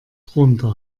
drunter